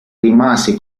rimase